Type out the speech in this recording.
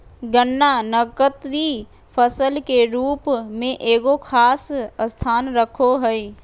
गन्ना नकदी फसल के रूप में एगो खास स्थान रखो हइ